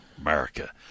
America